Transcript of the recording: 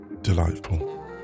delightful